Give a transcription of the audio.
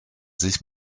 sich